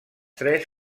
tres